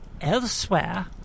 elsewhere